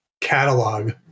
catalog